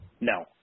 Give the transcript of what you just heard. no